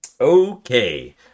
Okay